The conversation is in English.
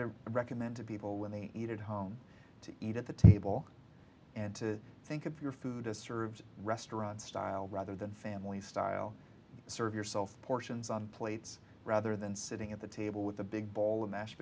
to recommend to people when they eat at home to eat at the table and to think of your food as served restaurant style rather than family style serve yourself portions on plates rather than sitting at the table with a big bowl of mashed